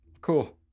Cool